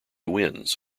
winds